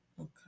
Okay